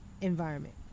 environment